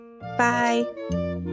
Bye